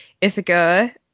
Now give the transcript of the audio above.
Ithaca